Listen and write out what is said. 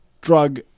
drug